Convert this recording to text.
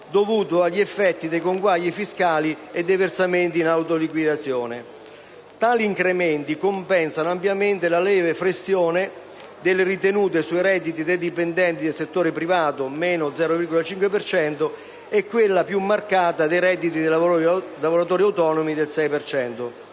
dovuto agli effetti dei conguagli fiscali e dei versamenti in autoliquidazione. Tali incrementi compensano ampiamente la lieve flessione delle ritenute sui redditi dei dipendenti del settore privato (-0,5 per cento) e quella più marcata sui redditi dei lavoratori autonomi (-6,0